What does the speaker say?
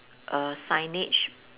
err signage